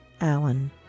Allen